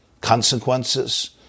consequences